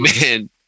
man